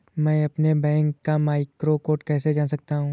मैं अपने बैंक का मैक्रो कोड कैसे जान सकता हूँ?